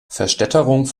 verstädterung